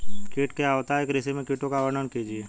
कीट क्या होता है कृषि में कीटों का वर्णन कीजिए?